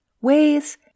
Ways